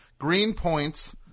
Greenpoints